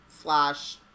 slash